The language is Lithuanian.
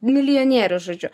milijonierius žodžiu